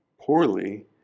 poorly